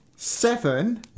Seven